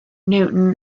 newton